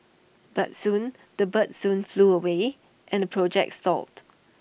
but soon the birds soon flew away and the project stalled